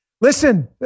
Listen